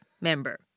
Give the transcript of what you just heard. member